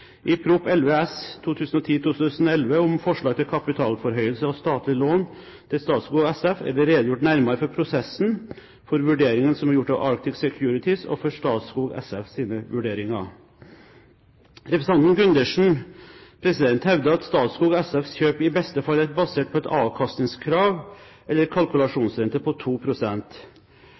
I Prop. 11 S for 2010–2011, om forslag til kapitalforhøyelse og statlig lån til Statskog SF, er det redegjort nærmere for prosessen, for vurderingene som er gjort av Arctic Securities, og for Statskog SFs vurderinger. Representanten Gundersen hevder at Statskog SFs kjøp i beste fall er basert på et avkastningskrav, eller kalkulasjonsrente på